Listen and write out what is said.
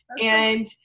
and-